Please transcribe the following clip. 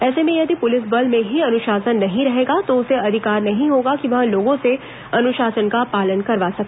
ऐसे में यदि पुलिस बल में ही अनुशासन नहीं रहेगा तो उसे अधिकार नहीं होगा कि वह लोगों से अनुशासन का पालन करवा सके